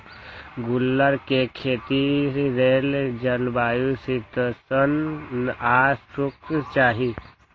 गुल्लर कें खेती लेल जलवायु शीतोष्ण आ शुष्क चाहि